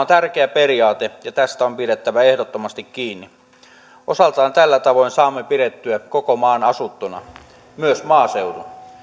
tärkeä periaate ja tästä on pidettävä ehdottomasti kiinni osaltaan tällä tavoin saamme pidettyä koko maan asuttuna myös maaseudun